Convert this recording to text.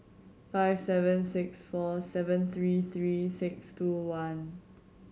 five seven six four seven three three six two one